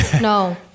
No